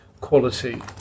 quality